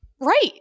Right